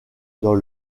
dans